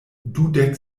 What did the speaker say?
dudek